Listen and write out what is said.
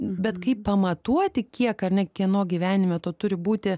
bet kaip pamatuoti kiek ar ne kieno gyvenime to turi būti